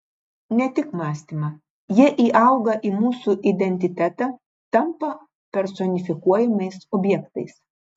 ne tik mąstymą jie įauga į mūsų identitetą tampa personifikuojamais objektais